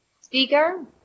Speaker